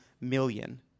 million